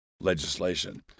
legislation